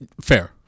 Fair